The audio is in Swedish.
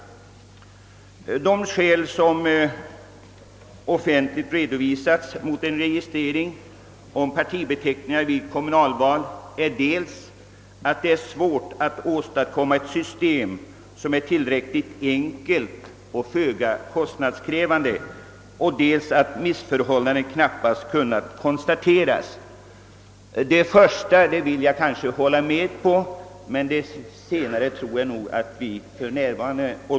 De skäl som offentligt redovisats mot en registrering av partibeteckningar vid kommunalval är dels att det är svårt att åstadkomma ett system som är tillräckligt enkelt och billigt, dels att missförhållanden ännu knappast kunnat konstateras. Att det första skälet är för handen vill jag hålla med om, men att det senare skälet föreligger vill jag bestrida.